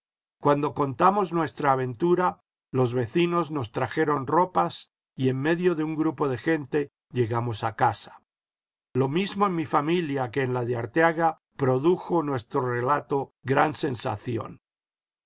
cuando contamos nuestra aventura los vecinos nos trajeron ropas y en medio de un grupo de gente llegamos a casa lo mismo en mi familia que en la de arteaga produjo nuestro relato gran sensación